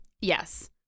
Yes